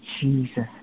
jesus